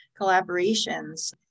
collaborations